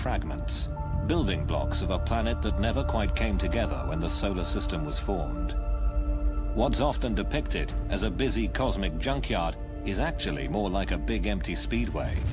fragments building blocks of a planet that never quite came together when the so the system was full was often depicted as a busy cosmic junkyard is actually more like a big empty speedway